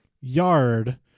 yard